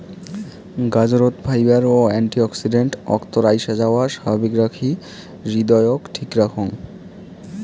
গাজরত fibre ও antioxidant অক্তর আইসাযাওয়া স্বাভাবিক রাখি হৃদয়ক ঠিক রাখং